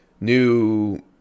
New